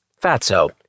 fatso